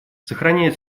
сохраняет